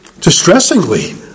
distressingly